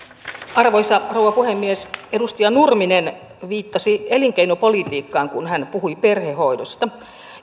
arvoisa rouva puhemies edustaja nurminen viittasi elinkeinopolitiikkaan kun hän puhui perhehoidosta